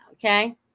Okay